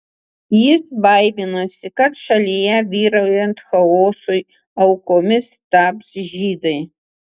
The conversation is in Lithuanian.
jis baiminasi kad šalyje vyraujant chaosui aukomis taps žydai